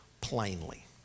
plainly